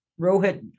Rohit